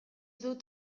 dut